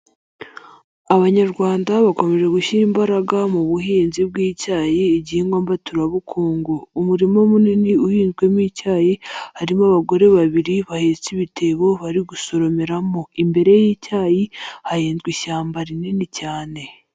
Abanyarwanda bakomeje gushyira imbaraga mu buhinzi bw'icyayi igihingwa mbaturabukungu, umurima munini uhinzwemo icyayi harimo abagore babiri bahetse ibitebo bari gusoromeramo, imbere y'icyayi hahinzwe ishyamba rinini cyane.